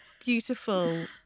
Beautiful